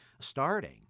starting